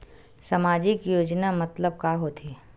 सामजिक योजना मतलब का होथे?